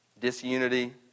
disunity